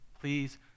Please